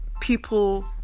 people